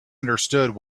understood